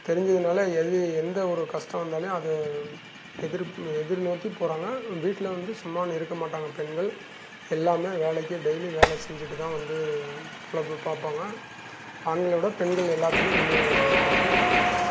தெரிஞ்சதுனால் எது எந்தவொரு கஷ்டம் வந்தாலும் அதை எதிர்ப்பு எதிர்நோக்கி போகிறாங்க வீட்டில் வந்து சும்மாவும் இருக்க மாட்டாங்க பெண்கள் எல்லாமே வேலைக்கு டெய்லியும் வேலை செஞ்சுட்டுதான் வந்து எல்லாத்தையும் பிழைப்பு பார்ப்பாங்க ஆண்களை விட பெண்கள் எல்லாத்துலையும் முன்னேறி வராங்க இப்போதைக்கு